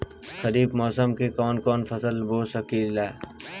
खरिफ मौसम में कवन कवन फसल बो सकि ले?